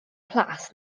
plas